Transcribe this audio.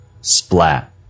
Splat